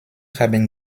haben